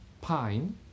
pine